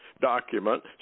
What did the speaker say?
document